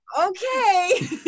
okay